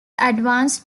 advanced